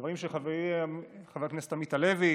לדברים של חברי חבר הכנסת עמית הלוי,